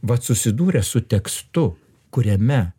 vat susidūręs su tekstu kuriame